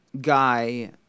guy